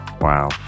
Wow